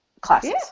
classes